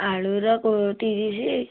ଆଳୁର କ ତିରିଶି